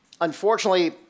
Unfortunately